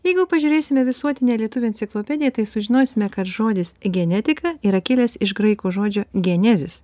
jeigu pažiūrėsime visuotinę lietuvių enciklopediją tai sužinosime kad žodis genetika yra kilęs iš graikų žodžio genezis